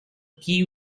key